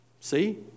See